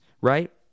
right